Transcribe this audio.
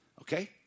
Okay